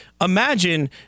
Imagine